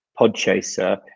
podchaser